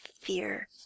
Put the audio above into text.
fear